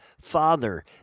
Father